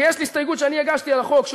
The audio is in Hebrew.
ויש לי הסתייגויות שאני הגשתי לחוק,